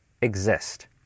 exist